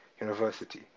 university